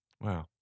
Wow